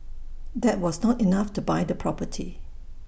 that was not enough to buy the property